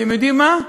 אתם יודעים מהי?